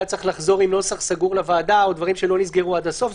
היה צריך לחזור עם נוסח סגור לוועדה או דברים שלא נסגרו עד הסוף.